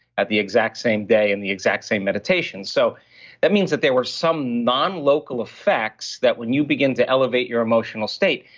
at the exact same day and the exact same meditation. so that means that there were some non-local effects that when you begin to elevate your emotional state,